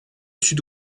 sud